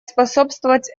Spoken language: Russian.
способствовать